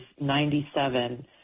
97